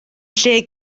lle